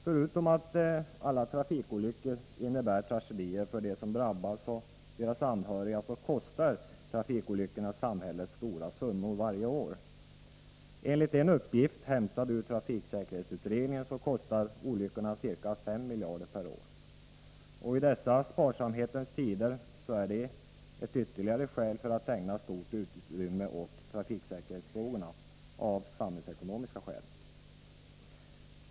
Förutom att alla trafikolyckor innebär tragedier för de drabbade och deras anhöriga, kostar de samhället stora summor varje år — enligt en uppgift, hämtad ur trafiksäkerhetsutredningen, ca 5 miljarder per år. I dessa sparsamhetens tider är det ytterligare ett skäl att ägna stort utrymme åt trafiksäkerhetsfrågornas samhällsekonomiska betydelse.